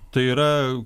tai yra